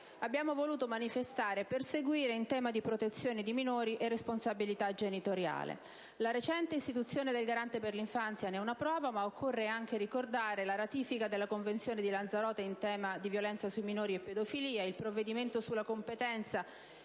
abbiamo voluto manifestare e perseguire in tema di protezione dei minori e responsabilità genitoriale. La recente istituzione del Garante per l'infanzia ne è una prova, ma occorre anche ricordare la ratifica della Convenzione di Lanzarote in tema di violenza sui minori e pedofilia, il provvedimento sulla competenza